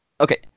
okay